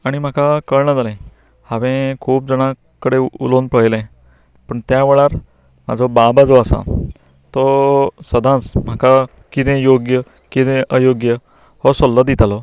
आनी म्हाका कळना जालें हांवें खूब जाणां कडेन उलोवन पळयलें पूण त्या वळार म्हाजो बाबा जो आसा तो सदांच म्हाका कितें योग्य कितें अयोग्य हो सल्लो दितालो